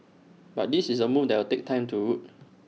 but this is A move that will take time to root